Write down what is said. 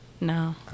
No